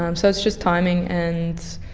um so it's just timing. and